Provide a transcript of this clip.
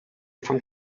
from